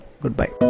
goodbye